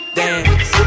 dance